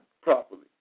properly